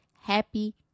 happy